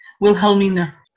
Wilhelmina